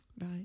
Right